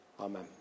Amen